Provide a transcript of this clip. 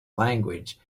language